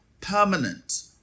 permanent